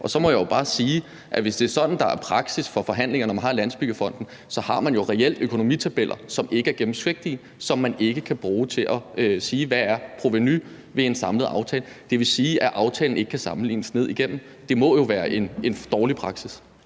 Så må jo jeg bare sige, at hvis det er sådan, at det er praksis for forhandlinger i forbindelse med Landsbyggefonden, så har man reelt økonomitabeller, som ikke er gennemsigtige, og som man ikke kan bruge til at sige, hvad provenuet er ved en samlet aftale. Det vil sige, at aftalen ikke kan sammenlignes ned igennem det. Det må jo være en dårlig praksis.